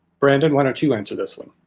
brandon, why don't you answer this one?